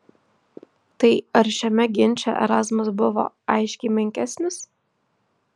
tai ar šiame ginče erazmas buvo aiškiai menkesnis